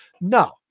No